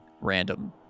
random